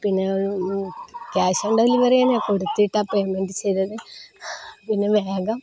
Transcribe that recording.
പിന്നെ cash on delivery ഞാൻ കൊടുത്തിട്ടാണു പേയ്മെൻറ് ചെയ്തത് പിന്നെ വേഗം